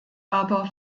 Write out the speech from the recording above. aber